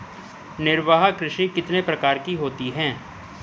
निर्वाह कृषि कितने प्रकार की होती हैं?